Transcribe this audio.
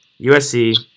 USC